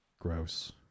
gross